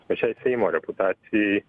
pačiai seimo reputacijai